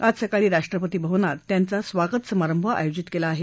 आज सकाळी राष्ट्रपती भवनात त्यांचा स्वागतसमारंभ आयोजित केला आहे